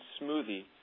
smoothie